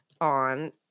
on